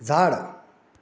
झाड